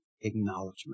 acknowledgement